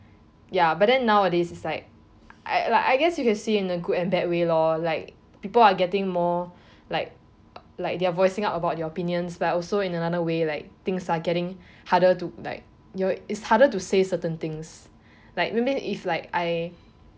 ya but then nowadays is like I I guess you can see in the good and bad way lor like people are getting more like like they are voicing out about their opinions but also in another way like things are getting harder to like you're it's harder to say certain things like maybe if like I